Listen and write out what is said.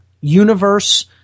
universe